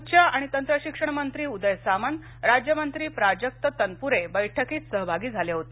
उच्च आणि तंत्रशिक्षण मंत्री उदय सामंत राज्यमंत्री प्राजक्त तनपुरे बैठकीत सहभागी झाले होते